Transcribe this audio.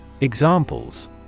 examples